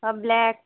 বা ব্ল্যাক